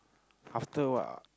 after what